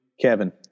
Kevin